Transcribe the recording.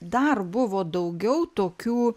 dar buvo daugiau tokių